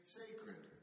sacred